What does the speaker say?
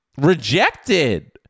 Rejected